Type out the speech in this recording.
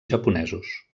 japonesos